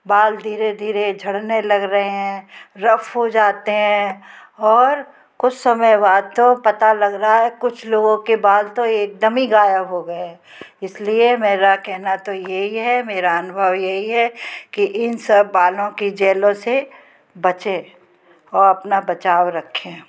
बाल धीरे धीरे झड़ने लग रहें हैं रफ़ हो जाते हैं और कुछ समय बाद तो पता लग रहा है कुछ लोगों के बाल तो एक दम ही ग़ायब हो गए हैं इस लिए मेरा कहना तो यही है मेरा अनुभव यही है कि इन सब बालों के जेलों से बचें और अपना बचाव रखें